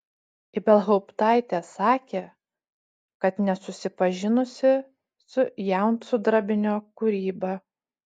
ibelhauptaitė sakė kad nesusipažinusi su jaunsudrabinio kūryba